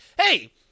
Hey